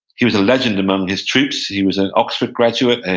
he was a legend among his troops. he was an oxford graduate, and